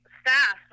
staff